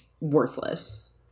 worthless